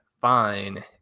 fine